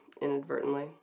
inadvertently